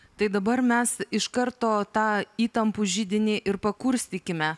tai dabar mes iš karto tą įtampų židinį ir pakurstykime